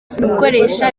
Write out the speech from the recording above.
gukoresha